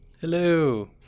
Hello